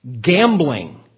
gambling